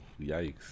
yikes